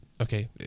Okay